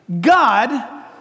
God